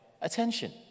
attention